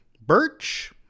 Birch